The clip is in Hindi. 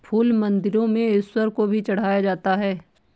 फूल मंदिरों में ईश्वर को भी चढ़ाया जाता है